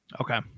Okay